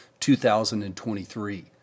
2023